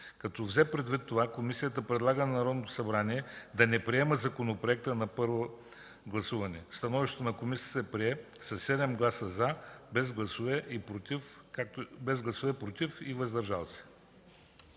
Като взе предвид това, комисията предлага на Народното събрание да не приема законопроекта на първо гласуване. Становището на комисията се прие със 7 гласа „за”, без гласове „против” и „въздържал се”.”